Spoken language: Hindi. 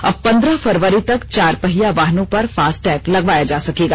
अब पंद्रह फरवरी तक चार पहिया वाहनों पर फास्टैग लगवाया जा सकेगा